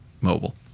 mobile